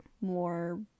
more